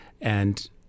and-